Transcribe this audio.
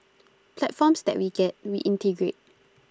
platforms that we get we integrate